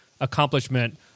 accomplishment